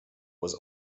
was